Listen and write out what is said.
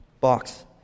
box